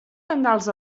tendals